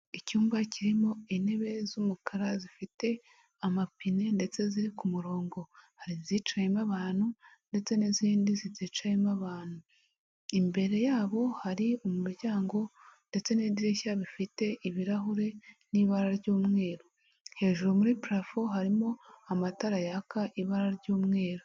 Icyumba kirimo intebe z'umukara zifite amapine ndetse ziri ku murongo, hari izicayemo abantu ndetse n'izindi ziticayemo abantu, imbere yabo hari umuryango ndetse n'idirishya bifite ibirahure n'ibara ry'umweru hejuru muri parafu harimo amatara yaka ibara ry'umweru.